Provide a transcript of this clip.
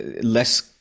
less